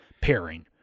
pairing